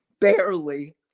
barely